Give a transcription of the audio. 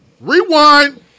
Rewind